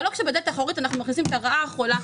אבל לא כשבדלת האחורית אנחנו מכניסים רעה חולה,